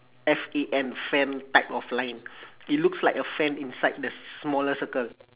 F A N fan type of line it looks like a fan inside the smaller circle